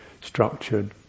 structured